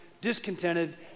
discontented